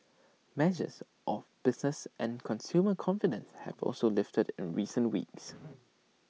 measures of business and consumer confidence have also lifted in recent weeks